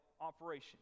operation